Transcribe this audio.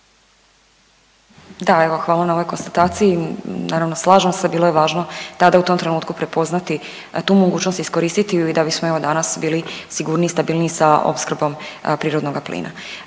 Da, evo hvala na ovoj konstataciji, naravno slažem se bilo je važno tada u tom trenutku prepoznati tu mogućnost i iskoristiti ju i da bismo evo danas bili sigurniji i stabilniji sa opskrbom prirodnoga plina.